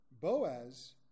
Boaz